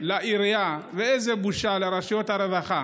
לעירייה ואיזו בושה לרשויות הרווחה